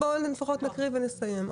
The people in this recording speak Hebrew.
לפחות נקריא ונסיים.